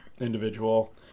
individual